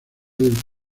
del